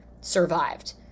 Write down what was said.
survived